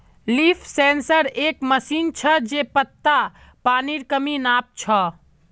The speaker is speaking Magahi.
लीफ सेंसर एक मशीन छ जे पत्तात पानीर कमी नाप छ